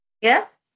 Yes